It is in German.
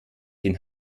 den